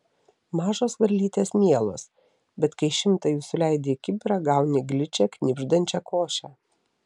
mažos varlytės mielos bet kai šimtą jų suleidi į kibirą gauni gličią knibždančią košę